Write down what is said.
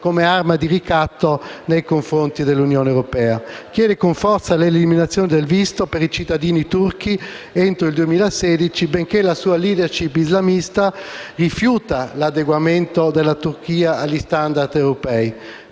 come arma di ricatto nei confronti dell'Unione europea. Chiede con forza l'eliminazione del visto per i cittadini turchi entro il 2016, benché la sua *leadership* islamista rifiuta l'adeguamento della Turchia agli *standard* europei.